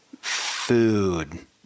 food